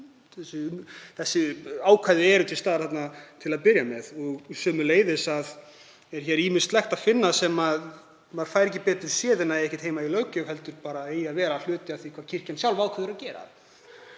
þessi ákvæði eru til staðar til að byrja með. Sömuleiðis er þar ýmislegt að finna sem maður fær ekki betur séð en eigi ekki heima í löggjöf heldur eigi bara að vera hluti af því hvað kirkjan sjálf ákveður að gera.